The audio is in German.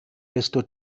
desto